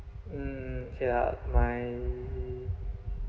mm ya my